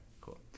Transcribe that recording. Cool